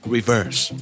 Reverse